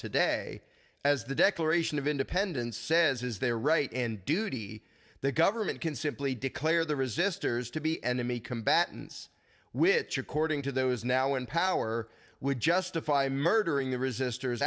today as the declaration of independence says is their right and duty the government can simply declare the resistors to be enemy combatants which according to those now in power would justify murdering the resist